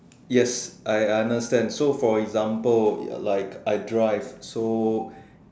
yes I understand so for example like I drive so